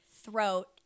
throat